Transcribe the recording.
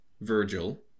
Virgil